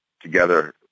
together